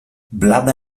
blada